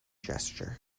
gesture